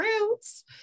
roots